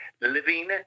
living